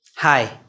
Hi